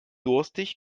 durstig